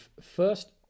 first